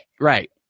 Right